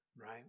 right